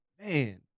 man